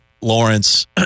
Lawrence